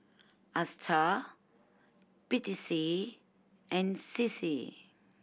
Astar P T C and C C